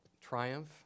triumph